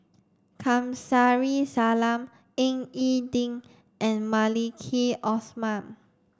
Kamsari Salam Ying E Ding and Maliki Osman